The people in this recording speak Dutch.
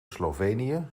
slovenië